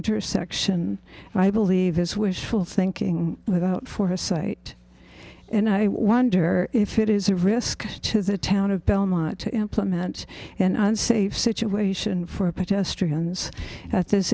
intersection i believe is wishful thinking without for a cite and i wonder if it is a risk to the town of belmont to implement and unsafe situation for a protest or guns at this